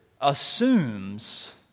assumes